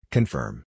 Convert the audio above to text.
Confirm